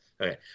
Okay